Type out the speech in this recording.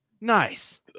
nice